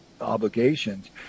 obligations